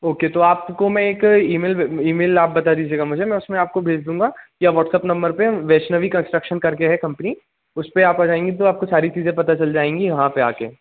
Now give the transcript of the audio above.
okay तो आपको मैं एक ईमेल ईमेल आप बता दीजिएगा मुझे मैं उसमे आपको भेज दूँगा या व्हाॅट्सप्प नंबर पर वैष्णवी कन्स्ट्रक्शन कर के है कम्पनी उसपे आप आ जाएँगी तो आप को सारी चीज़ें पता चल जाएँगी वहाँ पर आ कर